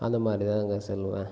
அந்தமாதிரிதாங்க செல்லுவேன்